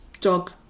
dog